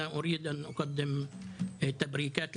(אומר דברים בשפה הערבית,